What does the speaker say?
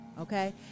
okay